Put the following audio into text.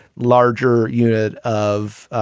larger unit of,